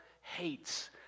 hates